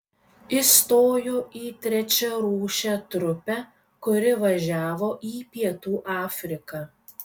įstojo į trečiarūšę trupę kuri važiavo į pietų afriką